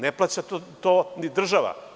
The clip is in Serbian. Ne plaća to ni država.